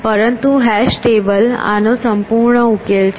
પરંતુ hash table આનો સંપૂર્ણ ઉકેલ છે